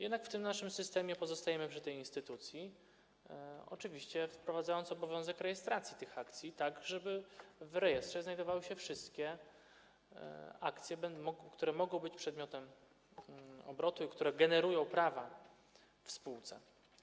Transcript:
Jednak w naszym systemie pozostajemy przy tej instytucji, oczywiście wprowadzając obowiązek rejestracji tych akcji, żeby w rejestrze znajdowały się wszystkie akcje, które mogą być przedmiotem obrotu i które generują prawa w spółce.